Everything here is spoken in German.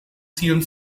zielen